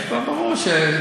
ברור.